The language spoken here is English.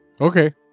okay